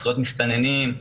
זכויות מסתננים,